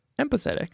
Empathetic